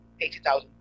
80,000